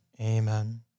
Amen